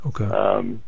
Okay